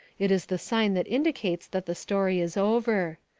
it is the sign that indicates that the story is over.